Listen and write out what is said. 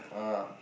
uh